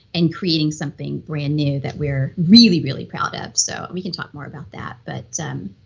and creating something brand new that we're really, really proud of. so we can talk more about that but so um